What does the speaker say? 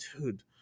dude